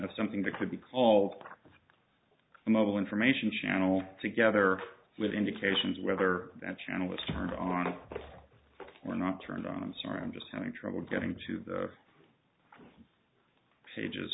of something that could be called a mobile information channel together with indications whether that channel was turned on or not turned on i'm sorry i'm just having trouble getting to the pages